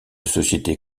sociétés